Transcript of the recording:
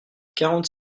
quarante